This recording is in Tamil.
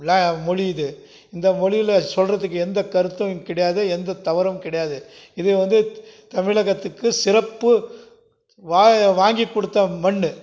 ல மொழி இது இந்த மொழியில் சொல்கிறத்துக்கு எந்த கருத்தும் கிடையாது எந்த தவறும் கிடையாது இதை வந்து தமிழகத்துக்கு சிறப்பு வா வாங்கிக்கொடுத்த மண்